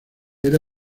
era